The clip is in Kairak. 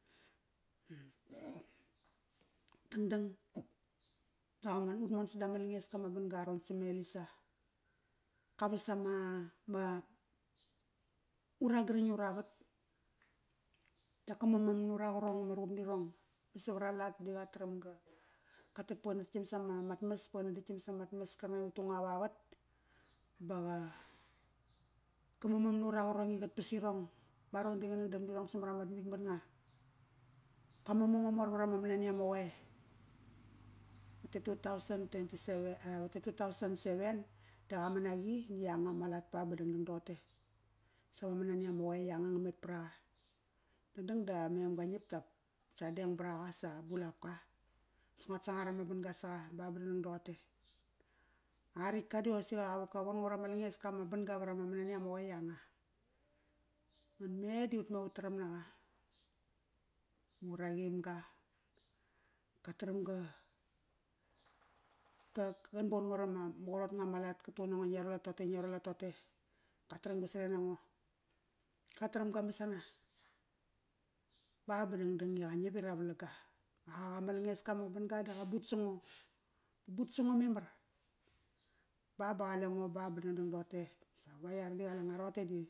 Dangdang, sa qa mon, ut mon sadam ma langeska ama banga aron same Elisa. Qa vas ama ura gring ura vat dap qa mamam nura qarong ama ruqup nirong. Ba savara lat da qataram ga qatet ba qana ditkam samat mas ba qana ditkam samat mas qar kanga i utu nga vavat. Ba qa, qa mamam nura qarong i qat pas irong. Ba arong di qana dam nirong samat amat mutk matnga. Qa mamam mamor varama manania ama qoe. Vat e two thousand twenty-seven, a vat e two thousand seven, da qamanaqi na ianga ma lat ba, ba dangdang toqote. Sama manania ma qoe ianga nga met varaqa. Dangdang da a mem qa qangiap dap sa deng varaqa, sa bulaoka. As nguat sangar ama ban-ga saqa ba, ba dangdang toqote. A ritka da qosaqai qa von-ngo rama ban-ga varama manania ma qoe ianga. Nga me di utme utaram naqa. Murqim ga. Qa taram ga qa, qan bon ngo rama qarot nga ama lat. Qa tuqun nango i ngia rualat toqote, ngia rualat toqote. Qa taram ga saren nango. Qa taram ga saren nango. Qa taram qa masana. Ba, ba dangdang iqa ngiap ira valaga. Aqak ak ama banga da qa but sango. But sango memar. Ba, ba qalengo ba, ba dangdang toqote. Sa gua iar di qalengo roqote di